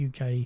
UK